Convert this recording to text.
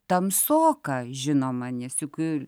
tamsoka žinoma nes juk